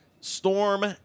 storm